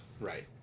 Right